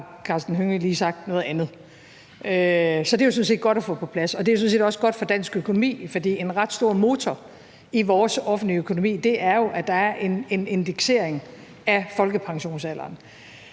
Karsten Hønge lige sagt noget andet. Så det er jo sådan set godt at få på plads, og det er sådan set også godt for dansk økonomi, for en ret stor motor i vores offentlige økonomi er, at der er en indeksering af folkepensionsalderen.